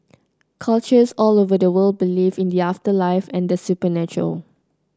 cultures all over the world believe in the afterlife and supernatural